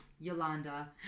Yolanda